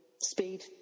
speed